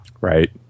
Right